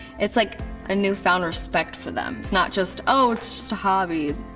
it's like a newfound respect for them. it's not just oh it's just a hobby.